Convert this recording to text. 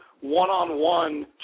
one-on-one